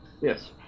Yes